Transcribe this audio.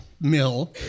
mill